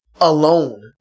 alone